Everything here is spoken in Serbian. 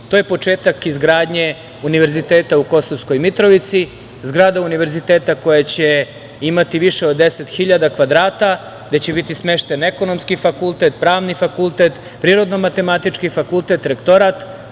To je početak izgradnje univerziteta u Kosovskoj Mitrovici, zgrada univerziteta koja će imati više od 10.000 kvadrata, gde će biti smešten Ekonomski fakultet, Pravni fakultet, Prirodno-matematički fakultet, rektorat.